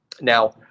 Now –